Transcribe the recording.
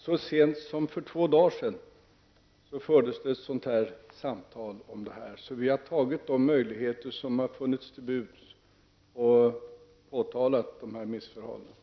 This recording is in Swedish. Så sent som för två dagar sedan fördes ett sådant samtal om detta. Vi har alltså tagit de möjligheter som har stått till buds att påtala dessa missförhållanden.